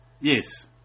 Yes